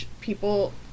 people